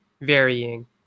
varying